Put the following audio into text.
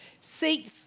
Seek